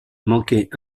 manquait